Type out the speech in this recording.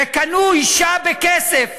וקנו אישה בכסף.